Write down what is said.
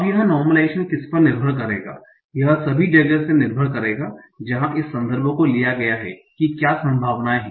अब यह नार्मलाइजेशन किस पर निर्भर करेगा यह सभी जगह से निर्भर करेगा जहां इस संदर्भ को लिया जाता है कि क्या संभावनाएं हैं